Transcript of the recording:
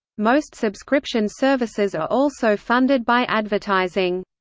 most subscription services are also funded by advertising.